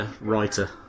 writer